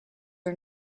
are